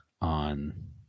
on